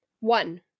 one